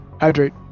hydrate